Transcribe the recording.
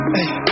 Hey